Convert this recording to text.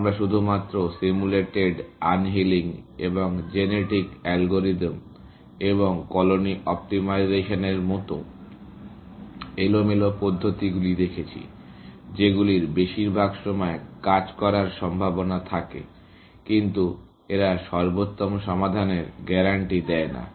আমরা শুধুমাত্র simulated annealing এবং জেনেটিক অ্যালগরিদম এবং কলোনি অপ্টিমাইজেশানের মতো এলোমেলো পদ্ধতিগুলি দেখেছি যেগুলির বেশিরভাগ সময় কাজ করার সম্ভাবনা থাকে কিন্তু এরা সর্বোত্তম সমাধানের গ্যারান্টি দেয় না